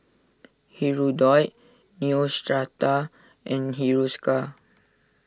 Hirudoid Neostrata and Hiruscar